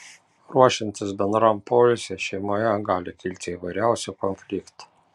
ruošiantis bendram poilsiui šeimoje gali kilti įvairiausių konfliktų